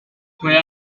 where